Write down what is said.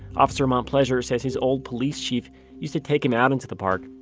officer montplaisir says his old police chief used to take him out into the park,